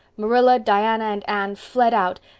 marilla, diana, and anne fled out,